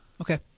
Okay